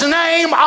name